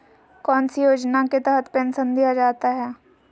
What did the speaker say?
कौन सी योजना के तहत पेंसन दिया जाता है?